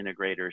integrators